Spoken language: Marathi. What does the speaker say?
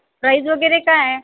प्राईस वगैरे काय आहे